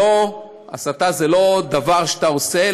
שהסתה זה לא דבר שאתה עושה,